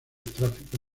tráfico